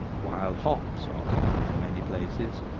wild hops are common in many places,